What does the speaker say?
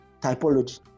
Typology